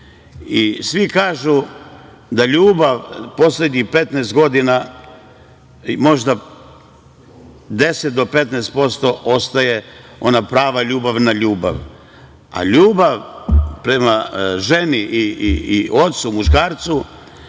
svi kažu da ljubav poslednjih 15 godina, možda 10-15% ostaje ona prava ljubavna ljubav. A ljubav prema ženi i ocu, muškarcu,